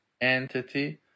entity